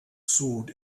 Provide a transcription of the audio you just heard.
sword